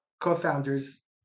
co-founders